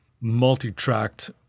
multi-tracked